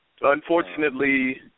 Unfortunately